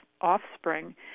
offspring